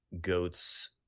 goats